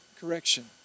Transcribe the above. correction